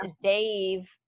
Dave